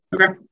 Okay